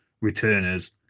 returners